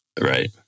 Right